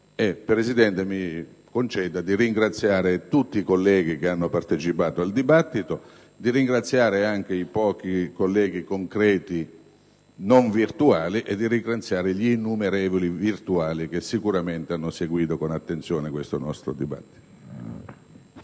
Presidente, mi conceda di ringraziare tutti i senatori che hanno partecipato al dibattito, di ringraziare anche i pochi colleghi presenti in modo concreto, non virtuale, e di ringraziare gli innumerevoli virtuali che sicuramente hanno seguito con attenzione il nostro dibattito.